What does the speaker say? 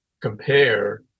Compare